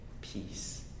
peace